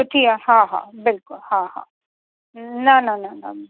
सुठी आहे हा हा बिल्कुल हा हा न न न न